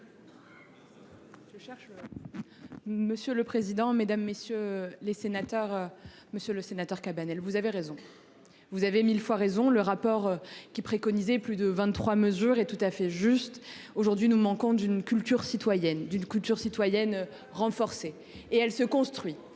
Monsieur le président, Mesdames, messieurs les sénateurs, Monsieur le Sénateur Cabanel, vous avez raison. Vous avez 1000 fois raison. Le rapport qui préconisait, plus de 23 mesure et tout à fait juste. Aujourd'hui, nous manquons d'une culture citoyenne d'une culture citoyenne renforcée et elle se construit,